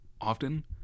often